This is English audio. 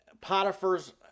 Potiphar's